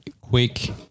quick –